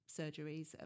surgeries